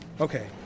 Okay